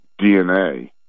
DNA